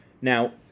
Now